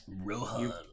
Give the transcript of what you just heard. Rohan